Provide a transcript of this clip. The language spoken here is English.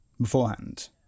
beforehand